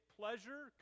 pleasure